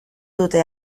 dute